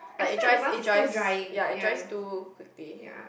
like it dries it dries ya it dries too quickly